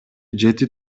жети